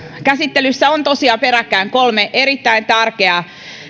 käsittelyssä on tosiaan peräkkäin kolme erittäin tärkeää